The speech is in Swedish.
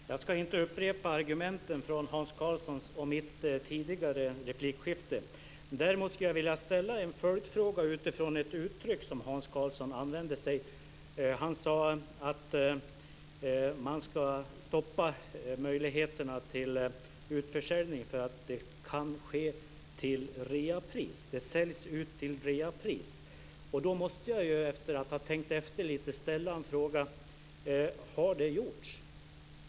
Herr talman! Jag ska inte upprepa argumenten från Hans Karlssons och mitt tidigare replikskifte. Däremot skulle jag vilja ställa en följdfråga utifrån ett uttryck som Hans Karlsson använde. Han sade att man ska stoppa möjligheterna till utförsäljning, eftersom det kan säljas ut till reapris. Då måste jag efter att ha tänkt efter lite fråga: Har det gjorts?